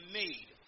made